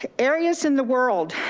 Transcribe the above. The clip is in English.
ah areas in the world,